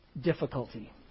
difficulty